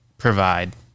provide